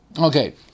Okay